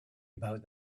about